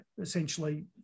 essentially